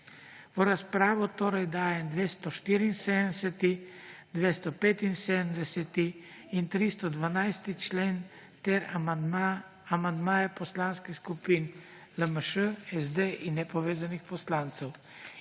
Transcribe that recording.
V razpravo torej dajem 274, 275. in 212. člen ter amandmaje poslanskih skupin LMŠ, SD in nepovezanih poslancev